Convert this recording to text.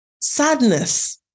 sadness